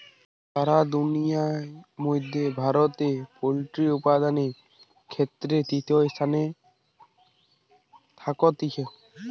সারা দুনিয়ার মধ্যে ভারতে পোল্ট্রি উপাদানের ক্ষেত্রে তৃতীয় স্থানে থাকতিছে